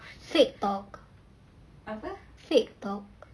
fake talk fake talk